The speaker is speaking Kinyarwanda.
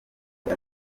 ati